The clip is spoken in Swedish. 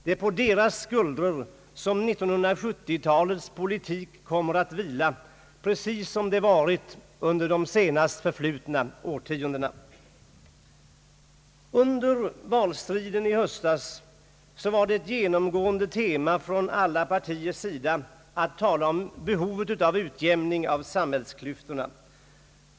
Det är på deras skuldror som 1970-talets politik kommer att vila, precis som det varit under de senast förflutna årtiondena. Under valstriden i höstas var ett genomgående tema från alla partiers sida att tala om behovet av utjämning av samhällsplikterna.